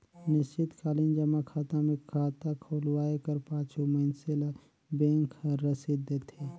निस्चित कालीन जमा खाता मे खाता खोलवाए कर पाछू मइनसे ल बेंक हर रसीद देथे